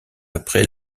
après